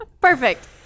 Perfect